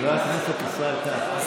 חבר הכנסת ישראל כץ, די.